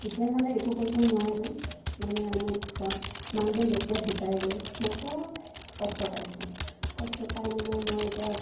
এতিয়া মানে একো কৰিব নোৱাৰোঁ মানে মোক ঘৰত মানুহজন যেতিয়া ঢুকাই গ'ল মই মই খুব কষ্ট পাইছোঁ কষ্ট পাই মানে মই এতিয়া